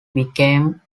became